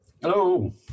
Hello